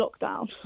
lockdown